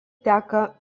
teka